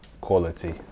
Quality